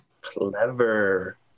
Clever